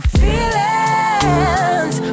feelings